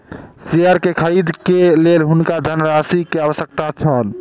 share के खरीद के लेल हुनका धनराशि के आवश्यकता छल